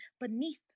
beneath